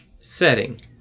setting